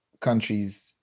countries